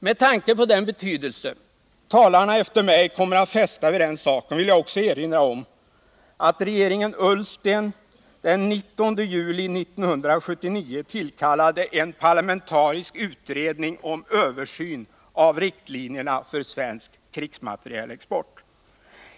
Med tanke på den betydelse talarna efter mig kommer att fästa vid den saken, vill jag också erinra om att regeringen Ullsten den 19 juli 1979 tillkallade en parlamentarisk utredning om översyn av riktlinjerna för svensk krigsmaterielexport.